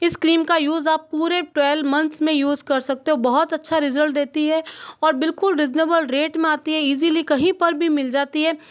इस क्रीम का यूज़ आप पूरे ट्वेलव मंथ्स में यूज़ कर सकते हो बहुत अच्छा रिज़ल्ट देती है और बिल्कुल रीज़नेबल रेट में आती है इज़ीली कहीं पर भी मिल जाती है